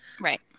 Right